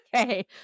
Okay